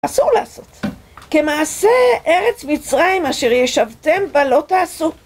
אסור לעשות, כמעשה ארץ מצרים אשר ישבתם ולא תעשו.